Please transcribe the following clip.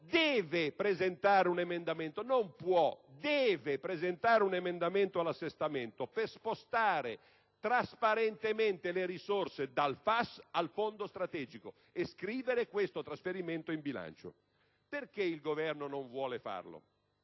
Governo deve - non può - presentare un emendamento all'assestamento per spostare trasparentemente le risorse dal FAS al Fondo strategico e scrivere questo trasferimento in bilancio. Perché il Governo non vuole farlo?